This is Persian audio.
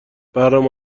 برنامه